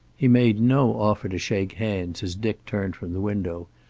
he made no offer to shake hands as dick turned from the window,